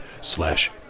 slash